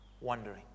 wondering